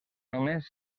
només